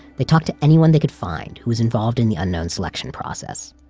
they talked to anyone they could find who was involved in the unknown selection process.